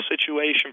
situation